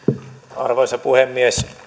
arvoisa puhemies